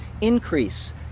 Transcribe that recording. increase